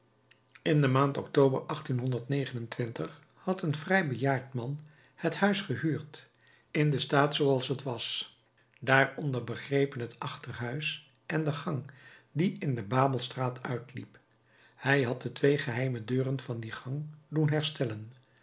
in de maand october had een vrij bejaard man het huis gehuurd in den staat zooals het was daaronder begrepen het achterhuis en de gang die in de babelstraat uitliep hij had de twee geheime deuren van die gang doen herstellen